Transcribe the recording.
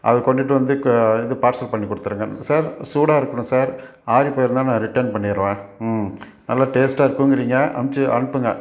அது கொண்டுட்டு வந்து க இது பார்சல் பண்ணி கொடுத்துருங்க சார் சூடாக இருக்கணும் சார் ஆறிப்போயிருந்தால் நான் ரிட்டன் பண்ணிடுவேன் ம் நல்ல டேஸ்ட்டாக இருக்குங்கிறீங்க அமுச்சு அனுப்புங்க